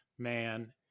Man